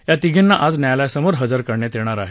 या तिघींना आज न्यायालयासमोर हजर करण्यात येणार आहे